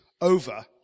over